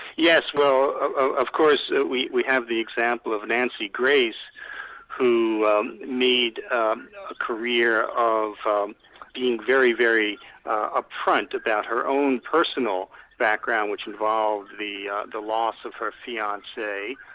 yes, well of course ah we we have the example of nancy greer who made a career of um being very, very upfront about her own personal background which involved the the loss of her fiancee,